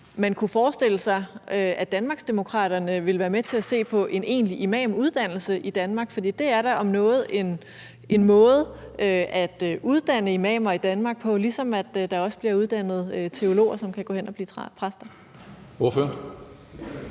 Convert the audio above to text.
man kunne forestille sig, at Danmarksdemokraterne ville være med til at se på en egentlig imamuddannelse i Danmark. For det er da om noget en måde at uddanne imamer på i Danmark, ligesom der også bliver uddannet teologer, som kan gå hen at blive præster.